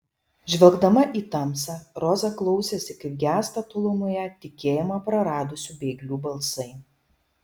žvelgdama į tamsą roza klausėsi kaip gęsta tolumoje tikėjimą praradusių bėglių balsai